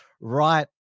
right